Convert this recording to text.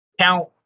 Count